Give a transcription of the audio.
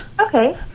okay